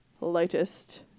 lightest